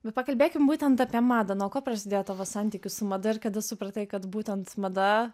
bet pakalbėkime būtent apie madą nuo ko prasidėjo tavo santykių su mada ir kada supratai kad būtent mada